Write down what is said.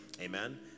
amen